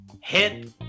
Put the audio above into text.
hit